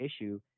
issue